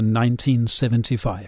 1975